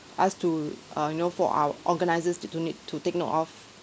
us to uh you know for our organisers to to need to take note of